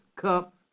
cup